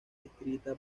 escrita